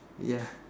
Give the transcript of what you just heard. ya